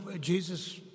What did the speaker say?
Jesus